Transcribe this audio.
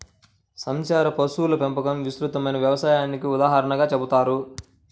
సంచార పశువుల పెంపకం విస్తృతమైన వ్యవసాయానికి ఉదాహరణగా చెబుతారు